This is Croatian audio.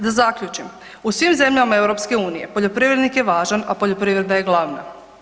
Da zaključim, u svim zemljama EU, poljoprivrednik je važan, a poljoprivreda je glavna.